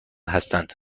هستند